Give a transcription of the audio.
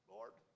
Lord